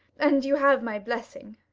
and you have my blessing.